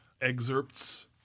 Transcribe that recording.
excerpts